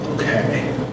Okay